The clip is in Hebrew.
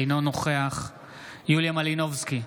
אינו נוכח יוליה מלינובסקי,